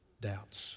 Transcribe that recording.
doubts